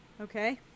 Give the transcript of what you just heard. Okay